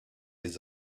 les